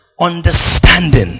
understanding